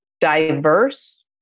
diverse